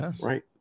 Right